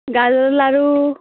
লাৰু